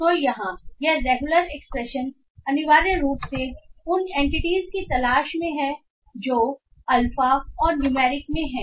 तो यहाँ यह रेगुलर एक्सप्रेशन अनिवार्य रूप से उन एंटिटीज की तलाश में है जो अल्फा और न्यूमेरिक में हैं